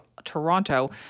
toronto